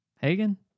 Hagen